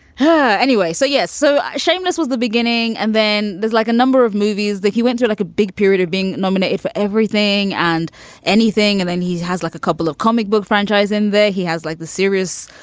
huh? anyway, so. yeah, so seamus was the beginning. and then there's like a number of movies that he went to, like a big period of being nominated for everything and anything. and then he has like a couple of comic book franchise in there. he has like the serious,